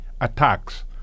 attacks